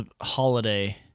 holiday